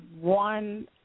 one